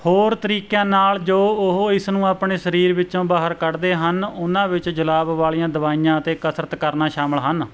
ਹੋਰ ਤਰੀਕਿਆਂ ਨਾਲ ਜੋ ਉਹ ਇਸਨੂੰ ਆਪਣੇ ਸਰੀਰ ਵਿੱਚੋਂ ਬਾਹਰ ਕੱਢਦੇ ਹਨ ਉਹਨਾਂ ਵਿੱਚ ਜੁਲਾਬ ਵਾਲੀਆਂ ਦਵਾਈਆਂ ਅਤੇ ਕਸਰਤ ਕਰਨਾ ਸ਼ਾਮਲ ਹਨ